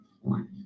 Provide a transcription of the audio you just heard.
one